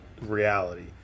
reality